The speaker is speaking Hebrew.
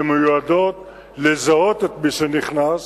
שמיועדות לזהות את מי שנכנס